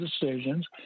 decisions